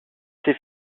ces